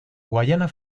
guayana